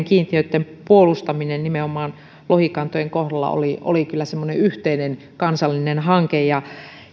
kiintiöitten puolustaminen nimenomaan lohikantojen kohdalla oli oli kyllä semmoinen yhteinen kansallinen hanke